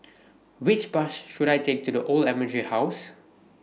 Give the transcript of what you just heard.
Which Bus should I Take to The Old Admiralty House